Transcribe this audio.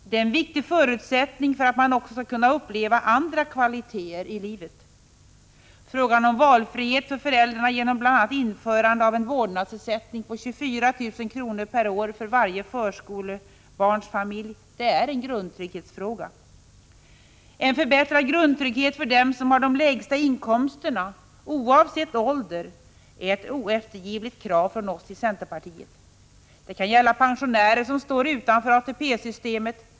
Det är en viktig förutsättning för att man också skall kunna uppleva andra kvaliteter i livet. Frågan om valfrihet för föräldrarna genom bl.a. införande av en vårdnadsersättning på 24 000 kr. per år för varje förskolebarnsfamilj är en grundtrygghetsfråga. En förbättrad grundtrygghet för dem som har de lägsta inkomsterna oavsett ålder är ett oeftergivligt krav från oss i centerpartiet. Det kan gälla pensionärer som står utanför ATP-systemet.